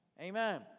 Amen